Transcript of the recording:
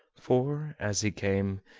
for, as he came,